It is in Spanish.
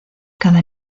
cada